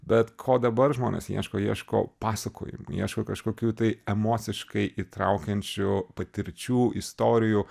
bet ko dabar žmonės ieško ieško pasakojim ieško kažkokių tai emociškai įtraukiančių patirčių istorijų